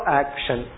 action